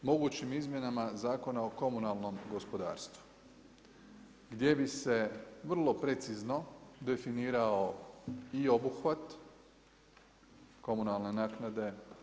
Mogućim izmjenama Zakona o komunalnom gospodarstvu, gdje bi se vrlo precizno, definirao i obuhvat, komunalne naknade.